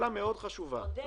שני